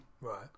right